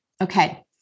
Okay